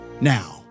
now